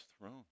throne